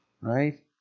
right